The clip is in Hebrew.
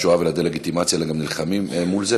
לשואה ולדה-לגיטימציה אלא גם נלחמים מול זה,